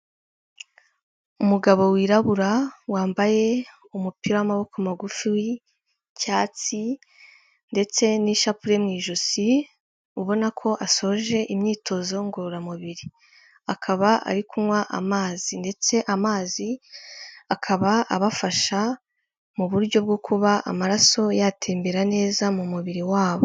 Umugabo wirabura wambaye umupira w'amaboko magufi w'icyatsi ndetse n'ishapure mu ijosi ubona ko asoje imyitozo ngororamubiri, akaba ari kunywa amazi ndetse amazi akaba abafasha mu buryo bwo kuba amaraso yatembera neza mu mubiri wabo.